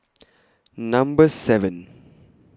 Number seven